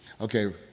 Okay